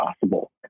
possible